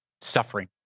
suffering